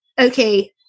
Okay